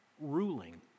ruling